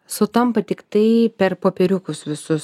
sutampa tiktai per popieriukus visus